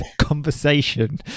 Conversation